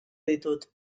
ditut